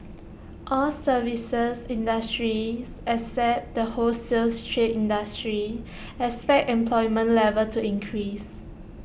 all services industries except the wholesales trade industry expect employment level to increase